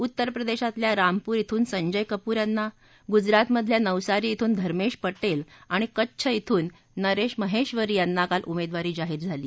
उत्तरप्रदेशातल्या रामपूर िवून संजय कपूर यांना गुजरात मधल्या नवसारी बून धर्मेश पटेल आणि कच्छ बून नरेश महेबरी यांना काल उमेदवारी जाहीर केली